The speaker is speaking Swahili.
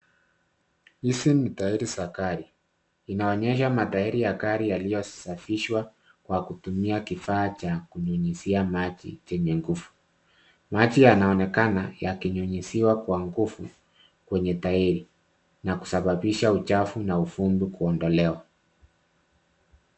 Hizi ni tairi za gari zinaonesha matairi ya gari yaliyo safishwa kwa kutumia kifaa cha kunyunyizia maji chenye nguvu, Maji yanaonekana yakinyunyiziwa kwa nguvu kwenye tairi na kusababisha uchafu na vumbi kuondolewa.